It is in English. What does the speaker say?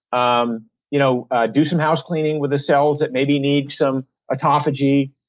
um you know ah do some house-cleaning with the cells that maybe need some autophagy,